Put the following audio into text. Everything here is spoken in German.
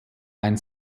ein